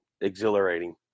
exhilarating